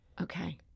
Okay